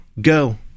Go